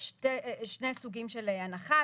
יש שני סוגים של הנחה.